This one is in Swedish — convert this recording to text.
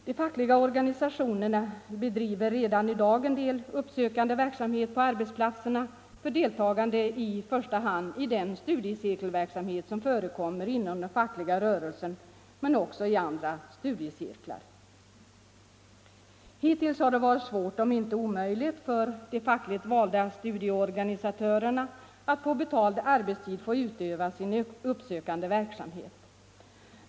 De fackliga organisationerna bedriver redan i dag en del uppsökande verksamhet på arbetsplatserna för deltagande i första hand i den studiecirkelverksamhet som förekommer inom den fackliga rörelsen men också i andra studiecirklar. Hittills har det varit svårt om inte omöjligt för de fackligt valda studieorganisatörerna att på betald arbetstid få utöva sin uppsökande verksamhet.